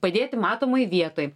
padėti matomoj vietoj